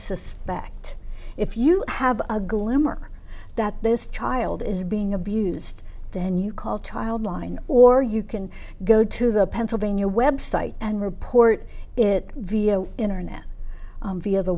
suspect if you have a glimmer that this child is being abused then you call child line or you can go to the pennsylvania website and report it via the internet via the